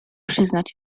przyznać